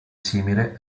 simile